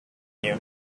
you